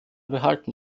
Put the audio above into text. behalten